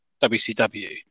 WCW